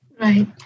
Right